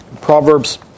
Proverbs